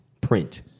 Print